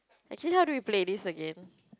actually how do we play this again